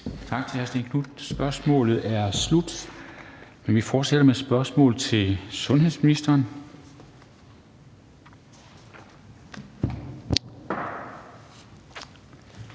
Tak til hr. Stén Knuth. Spørgsmålet er slut. Vi fortsætter med et spørgsmål til sundhedsministeren,